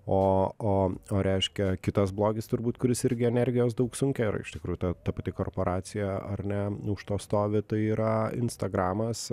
o o o reiškia kitas blogis turbūt kuris irgi energijos daug sunkia ir iš tikrųjų ta ta pati korporacija ar ne už to stovi tai yra instagramas